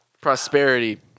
Prosperity